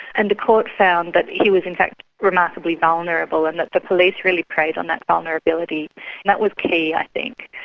and the court found that he was in fact remarkably vulnerable and that the police really preyed on that vulnerability, and that was key i think.